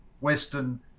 Western